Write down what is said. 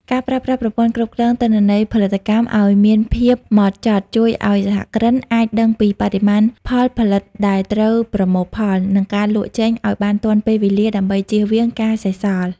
ការប្រើប្រាស់ប្រព័ន្ធគ្រប់គ្រងទិន្នន័យផលិតកម្មឱ្យមានភាពហ្មត់ចត់ ជួយឱ្យសហគ្រិនអាចដឹងពីបរិមាណផលផលិតដែលត្រូវប្រមូលផល និងការលក់ចេញឱ្យបានទាន់ពេលវេលាដើម្បីជៀសវាងការសេសសល់។